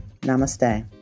Namaste